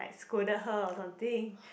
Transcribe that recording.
scolded her or something